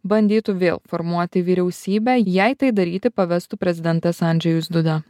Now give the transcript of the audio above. bandytų vėl formuoti vyriausybę jei tai daryti pavestų prezidentas andžejus duda